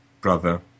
brother